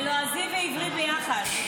זה לועזי ועברי ביחד.